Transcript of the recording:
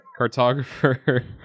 Cartographer